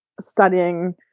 studying